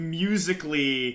musically